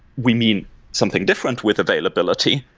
we mean something different with availability,